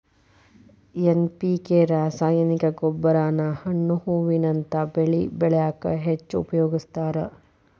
NPK ರಾಸಾಯನಿಕ ಗೊಬ್ಬರಾನ ಹಣ್ಣು ಹೂವಿನಂತ ಬೆಳಿ ಬೆಳ್ಯಾಕ ಹೆಚ್ಚ್ ಉಪಯೋಗಸ್ತಾರ